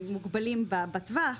מוגבלים בטווח.